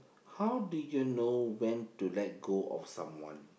how do you know when to let go of someone